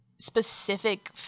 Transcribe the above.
specific